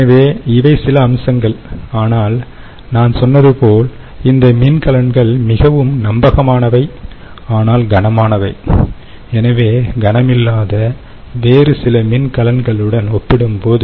எனவே இவை சில அம்சங்கள் ஆனால் நான் சொன்னது போல் இந்த மின்கலன்கள் மிகவும் நம்பகமானவை ஆனால் கனமானவை எனவே கனமில்லாத வேறு சில மின்கலன்களுடன் ஒப்பிடும்போது